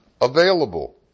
Available